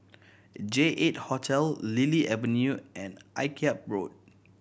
J Eight Hotel Lily Avenue and Akyab Road